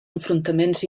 enfrontaments